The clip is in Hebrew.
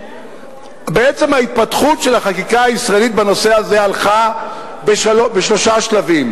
בעצם ההתפתחות של החקיקה הישראלית בנושא הזה הלכה בשלושה שלבים: